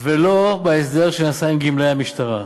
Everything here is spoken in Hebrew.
ולא בהסדר שנעשה עם גמלאי המשטרה.